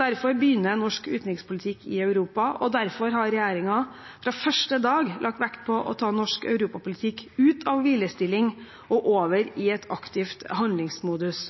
Derfor begynner norsk utenrikspolitikk i Europa, og derfor har regjeringen fra første dag lagt vekt på å ta norsk europapolitikk ut av hvilestilling og over i en aktiv handlingsmodus.